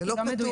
היא לא מדויקת.